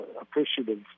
appreciative